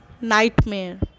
Nightmare